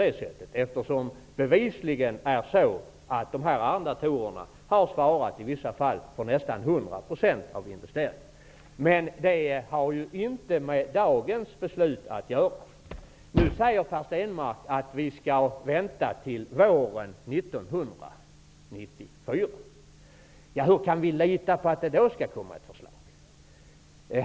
Det är bevisligen så att arrendatorerna i vissa fall har svarat för nästan 100 % av investeringarna. Men det här har inte med dagens beslut att göra. Nu säger Per Stenmarck att vi skall vänta till våren 1994. Hur kan vi lita på att det då skall komma ett förslag?